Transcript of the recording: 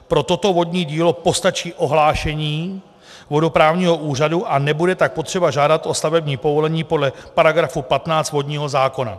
Pro toto vodní dílo postačí ohlášení vodoprávního úřadu a nebude tak potřeba žádat o stavební povolení podle § 15 vodního zákona.